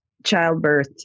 childbirth